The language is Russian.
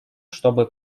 чтобы